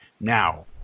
now